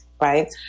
right